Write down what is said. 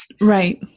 Right